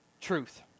truth